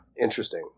Interesting